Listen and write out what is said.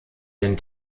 den